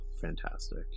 fantastic